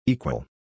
Equal